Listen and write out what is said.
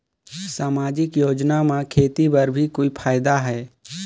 समाजिक योजना म खेती बर भी कोई फायदा है?